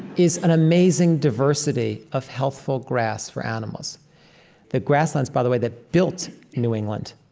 is an amazing diversity of healthful grass for animals the grasslands, by the way, that built new england,